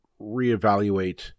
reevaluate